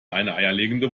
eierlegende